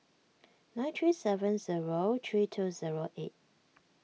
nine three seven zero three two zero eight